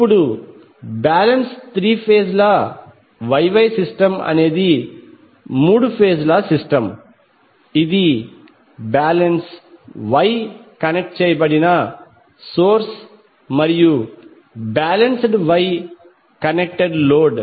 ఇప్పుడు balance three phase ల Y Y system అనేది మూడు ఫేజ్ ల సిస్టమ్ ఇది బ్యాలెన్స్ Y కనెక్ట్ చేయబడిన సోర్స్ మరియు బాలెన్స్డ్ Y కనెక్ట్ లోడ్